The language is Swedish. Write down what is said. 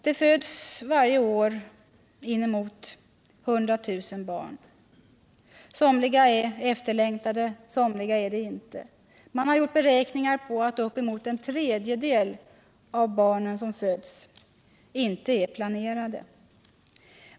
Det föds årligen inemot 100 000 barn. Somliga är efterlängtade, somliga är det inte. Man har gjort beräkningar som visar att uppemot en tredjedel av de barn som föds inte är planerade.